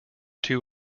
two